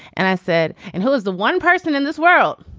and i said and who is the one person in this world.